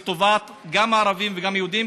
גם לטובת הערבים וגם לטובת היהודים,